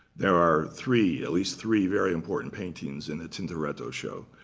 there are three, at least three, very important paintings in the tintoretto show.